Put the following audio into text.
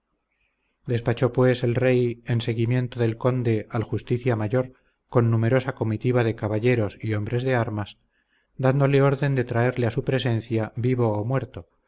despachó pues el rey en seguimiento del conde al justicia mayor con numerosa comitiva de caballeros y hombres de armas dándole orden de traerle a su presencia vivo o muerto